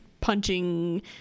punching